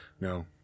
No